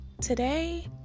Today